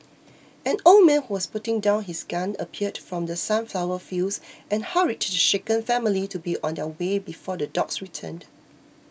an old man who was putting down his gun appeared from the sunflower fields and hurried the shaken family to be on their way before the dogs return